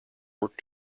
work